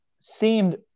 seemed